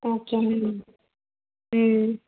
okay అండి